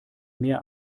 mehr